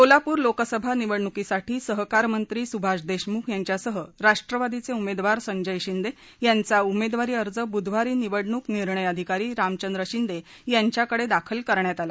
सोलापूर लोकसभा निवडणूकीसाठी सहकारमंत्री सुभाष देशमुख यांच्यासह राष्ट्रवादीचे उमेदवार अर्ज बुधवारी निवडणूक निर्णय अधिकारी रामचंद्र शिंदे यांच्याकडे दाखल करण्यात आला